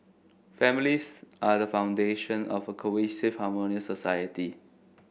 families are the foundation of a cohesive harmonious society